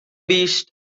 beast